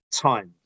times